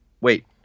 Wait